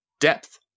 depth